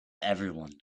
everyone